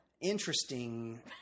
Interesting